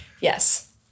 Yes